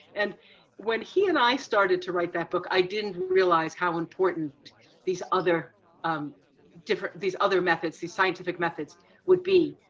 and when he and i started to write that book i didn't realize how important these other um different, these other methods, these scientific methods would be.